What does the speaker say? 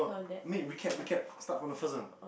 need recap recap start from the first one